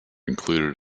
included